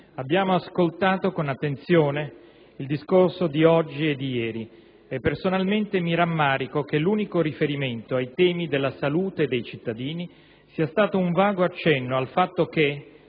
abbiamo ascoltato con attenzione il discorso di oggi e di ieri e, personalmente, mi rammarico che l'unico riferimento ai temi della salute dei cittadini sia stato un vago accenno al fatto che,